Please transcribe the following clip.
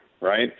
right